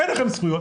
אין לכם זכויות.